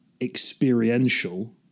experiential